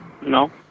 No